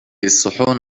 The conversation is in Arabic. الصحون